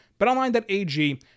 Betonline.ag